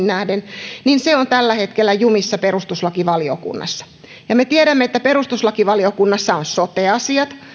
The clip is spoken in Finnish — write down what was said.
nähden niin se on tällä hetkellä jumissa perustuslakivaliokunnassa ja me tiedämme että perustuslakivaliokunnassa on sote asiat